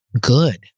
Good